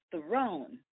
throne